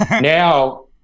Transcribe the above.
Now